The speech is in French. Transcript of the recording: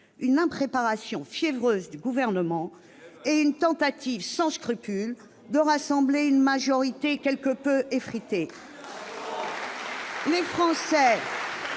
une impréparation fiévreuse du Gouvernement et une tentative sans scrupule de rassembler une majorité quelque peu effritée ! Les Français